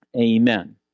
Amen